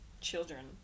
children